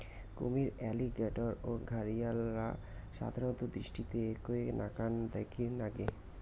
কুমীর, অ্যালিগেটর ও ঘরিয়ালরা সাধারণত দৃষ্টিতে এ্যাকে নাকান দ্যাখির নাগে